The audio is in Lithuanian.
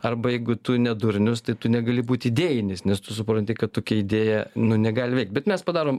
arba jeigu tu ne durnius tai tu negali būt idėjinis nes tu supranti kad tokia idėja nu negali veikt bet mes padarom